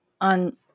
on